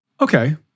Okay